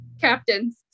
Captains